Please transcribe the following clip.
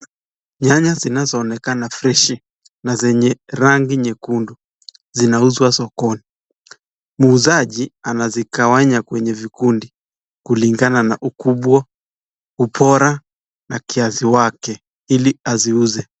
Nyanya zinazoonekana freshi na zenye rangi nyekundu zinauzwa sokoni. Muuzaji anazigawanya kwenye vikundi kulingana na ukubwa, ubora na kiazi yake ili aziuze.